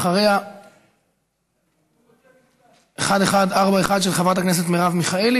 אחריה, מס' 1141, של חברת הכנסת מרב מיכאלי.